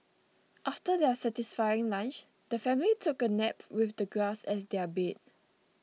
after their satisfying lunch the family took a nap with the grass as their bed